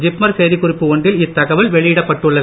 ஜிப்மர் செய்திக் குறிப்பு ஒன்றில் இத்தகவல் வெளியிடப்படுகிறது